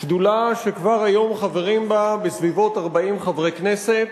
שדולה שכבר היום חברים בה בסביבות 40 חברי כנסת,